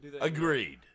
Agreed